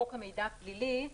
חוק המידע הפלילי,